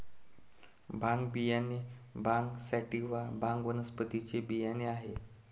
भांग बियाणे भांग सॅटिवा, भांग वनस्पतीचे बियाणे आहेत